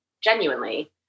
genuinely